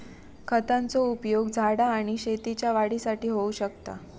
खतांचो उपयोग झाडा आणि शेतीच्या वाढीसाठी होऊ शकता